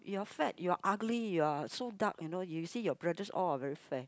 you're fat you're ugly you're so dark you know you see your brothers all are very fair